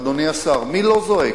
אדוני השר, מי לא זועק?